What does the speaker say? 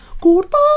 Goodbye